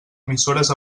emissores